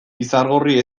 izargorri